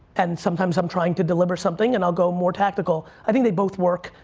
and sometimes i'm trying to deliver something and i'll go more tactical. i think they both work,